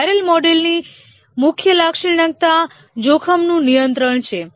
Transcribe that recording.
spiral મોડેલની મુખ્ય લાક્ષણિકતા જોખમનું નિયંત્રણ છે